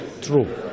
true